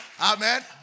Amen